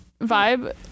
Vibe